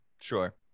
Sure